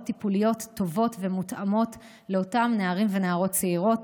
טיפוליות טובות ומותאמות לאותם נערים ונערות צעירות,